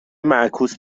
معکوس